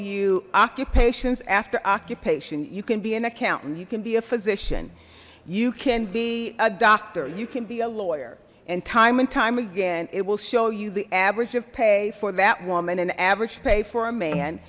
you occupations after occupation you can be an accountant you can be a physician you can be a doctor you can be a lawyer and time and time again it will show you the average of pay for that woman an average pay for a man